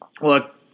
look